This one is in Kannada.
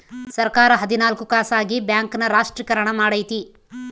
ಸರ್ಕಾರ ಹದಿನಾಲ್ಕು ಖಾಸಗಿ ಬ್ಯಾಂಕ್ ನ ರಾಷ್ಟ್ರೀಕರಣ ಮಾಡೈತಿ